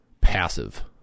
passive